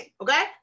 okay